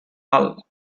hull